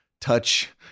touch